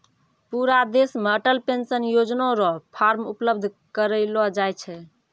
पूरा देश मे अटल पेंशन योजना र फॉर्म उपलब्ध करयलो जाय छै